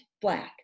black